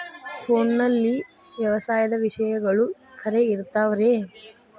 ಫೋನಲ್ಲಿ ವ್ಯವಸಾಯದ ವಿಷಯಗಳು ಖರೇ ಇರತಾವ್ ರೇ?